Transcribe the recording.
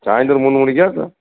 சாயந்தரம் மூணு மணிக்கா